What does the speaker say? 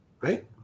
Right